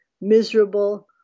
miserable